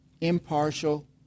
impartial